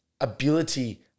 ability